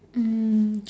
mm